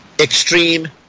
Extreme